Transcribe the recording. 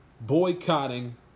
boycotting